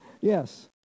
Yes